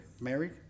Married